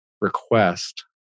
request